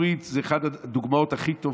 חבורה ציבורית זו אחת הדוגמאות הכי טובות.